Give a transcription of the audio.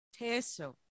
Teso